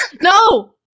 No